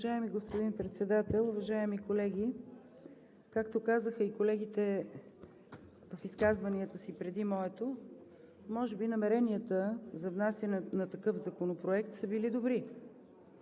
Уважаеми господин Председател, уважаеми колеги! Както казаха и колегите в изказванията си преди моето, може би намеренията за внасяне на такъв законопроект са били добри,